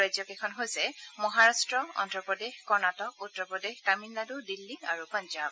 ৰাজ্যকেইখন হৈছে মহাৰাট্ট অন্ধ্ৰপ্ৰদেশ কৰ্ণাটক উত্তৰ প্ৰদেশ তামিলনাডু দিল্লী আৰু পাঞ্জাব